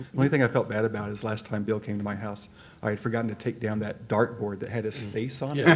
only thing i felt bad about is last time bill came to my house i had forgotten to take down that dart board that had his face on yeah